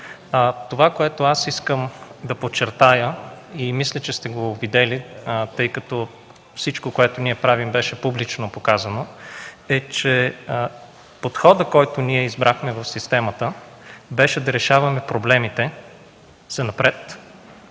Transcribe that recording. Това, което искам да подчертая и мисля, че сте го видели, тъй като всичко, което правим, беше публично показано, е, че подходът, който избрахме в системата, беше да решаваме проблемите занапред,